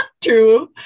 true